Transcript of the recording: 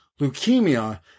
leukemia